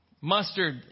mustard